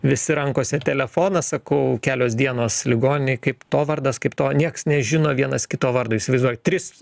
visi rankose telefonuose ku kelios dienos ligoninėj kaip to vardas kaip to niekas nežino vienas kito vardo įsivaizduojat tris